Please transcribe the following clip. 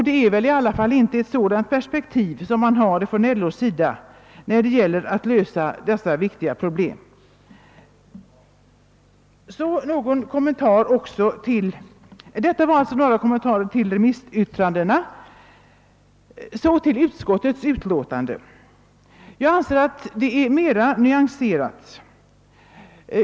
Det är väl inte ett sådant perspektiv man har från LO:s sida, när det gäller att lösa dessa viktiga problem? Detta var några kommentarer till remissyttrandena. Så till utskottets utlåtande. Jag anser att det är mera nyanserat.